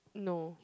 no